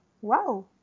Wow